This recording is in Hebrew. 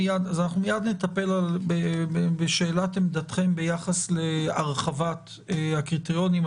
מיד נדבר על עמדתכם ביחס להרחבת הקריטריונים.